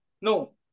No